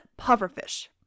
pufferfish